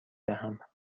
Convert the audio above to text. دهم